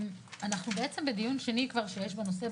אנחנו בעצם בדיון שני כבר שיש בנושא.